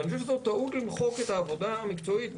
אני חושב שזאת טעות למחוק את העבודה המקצועית.